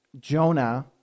Jonah